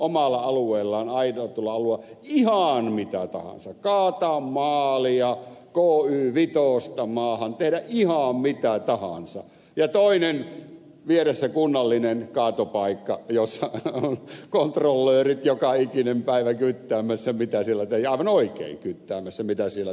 omalla alueellaan aidatulla alueella ihan mitä tahansa kaataa maalia ky vitosta maahan tehdä ihan mitä tahansa ja toinen vieressä kunnallinen kaatopaikka jossa on kontrollöörit joka ikinen päivä kyttäämässä mitä siellä tehdään ja aivan oikein kyttäämässä mitä siellä tehdään